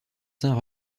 saint